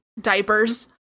diapers